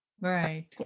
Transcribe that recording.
right